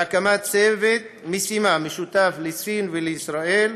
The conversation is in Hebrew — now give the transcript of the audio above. והקמת צוות משימה משותף לסין ולישראל,